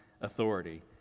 authority